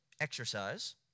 exercise